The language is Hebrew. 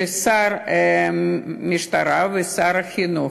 של שר המשטרה ושר החינוך,